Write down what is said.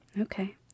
Okay